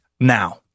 now